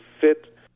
fit